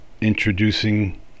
introducing